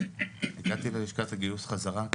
הגעתי ללשכת הגיוס חזרה,